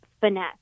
finesse